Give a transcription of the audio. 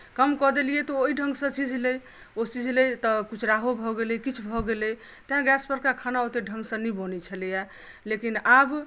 कम कऽ देलियै तऽ ओ ओहि ढङ्गसँ सिझलै ओ सिझलै तऽ कुचराहो भऽ गेलै किछु भऽ गेलै तैँ गैसपर के खाना ओतेक ढङ्गसँ नहि बनैत छलैए लेकिन आब